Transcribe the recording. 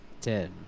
Ten